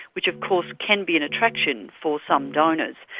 which of course can be an attraction for some donors.